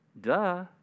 Duh